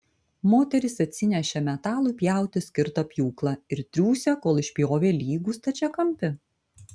moterys atsinešė metalui pjauti skirtą pjūklą ir triūsė kol išpjovė lygų stačiakampį